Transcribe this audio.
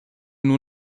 nur